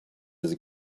this